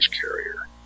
carrier